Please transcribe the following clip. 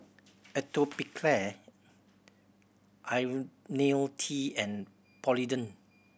Atopiclair Ionil T and Polident